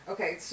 Okay